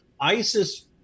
ISIS